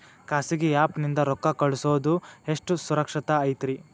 ಖಾಸಗಿ ಆ್ಯಪ್ ನಿಂದ ರೊಕ್ಕ ಕಳ್ಸೋದು ಎಷ್ಟ ಸುರಕ್ಷತಾ ಐತ್ರಿ?